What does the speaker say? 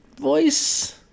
voice